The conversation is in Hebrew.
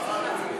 לא הצבענו.